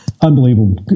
unbelievable